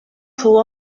fou